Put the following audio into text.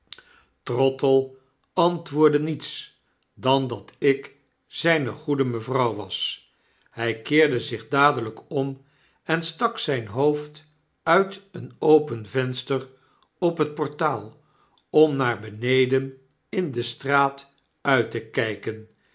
trottle antwoordde niets dan dat ik zyne goede mevrouw was hjj keerde zich dadelyk om en stak zyn hoofd uit een open venster op het portaal om naar beneden in de straat uit te kyken